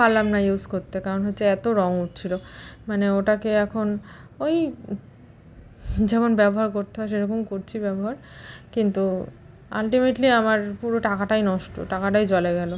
পারলাম না ইউজ করতে কারণ হচ্ছে এত রং উঠছিল মানে ওটাকে এখন ওই যেমন ব্যবহার করতে হয় সে রকম করছি ব্যবহার কিন্তু আলটিমেটলি আমার পুরো টাকাটাই নষ্ট টাকাটাই জলে গেল